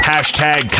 Hashtag